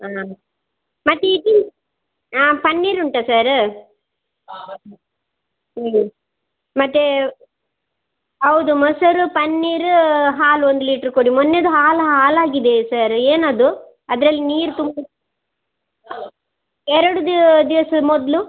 ಆಂ ಮತ್ತು ಇದು ಆಂ ಪನ್ನೀರು ಉಂಟ ಸರು ಹ್ಞೂ ಮತ್ತು ಹೌದು ಮೊಸರು ಪನ್ನೀರು ಹಾಲು ಒಂದು ಲೀಟ್ರ್ ಕೊಡಿ ಮೊನ್ನೇದು ಹಾಲು ಹಾಳಾಗಿದೆ ಸರ್ ಏನದು ಅದ್ರಲ್ಲಿ ನೀರು ತುಂಬ ಎರಡು ದಿವಸ ದಿವ್ಸದ ಮೊದಲು